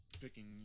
picking